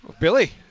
Billy